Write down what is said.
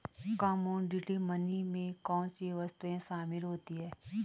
Commodity money में कौन सी वस्तुएं शामिल होती हैं?